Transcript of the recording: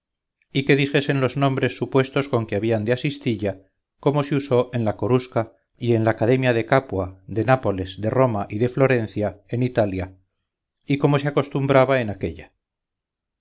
y que dijesen los nombres supuestos con que habían de asistilla como se usó en la corusca y en la academia de capua de nápoles de roma y de florencia en italia y como se acostumbraba en aquélla